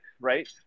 right